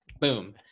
boom